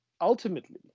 ultimately